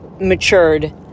matured